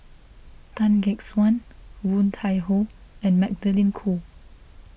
Tan Gek Suan Woon Tai Ho and Magdalene Khoo